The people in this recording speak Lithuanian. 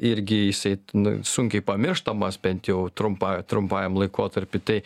irgi isai nu sunkiai pamirštamas bent jau trumpa trumpajam laikotarpy tai